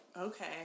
Okay